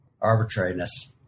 arbitrariness